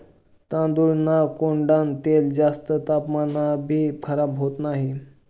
तांदूळना कोंडान तेल जास्त तापमानमाभी खराब होत नही